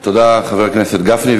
תודה, חבר הכנסת גפני.